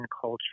culture